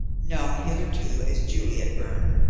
known hitherto as juliet byrne,